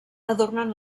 adornen